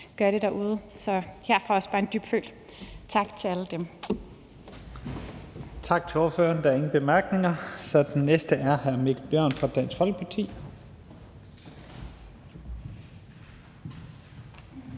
gør det derude, så herfra også bare en dybtfølt tak til alle dem.